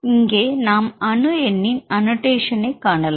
இங்கே நாம் அணு எண்ணின் அன்னோடஷன் காணலாம்